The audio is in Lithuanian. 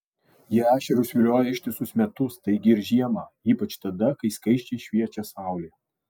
jie ešerius vilioja ištisus metus taigi ir žiemą ypač tada kai skaisčiai šviečia saulė